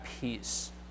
peace